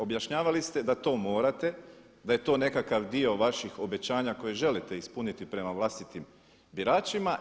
Objašnjavali ste da to morate, da je to nekakav dio vaših obećanja koje želite ispuniti prema vlastitim biračima.